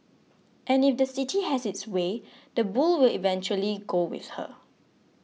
and if the city has its way the bull will eventually go with her